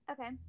okay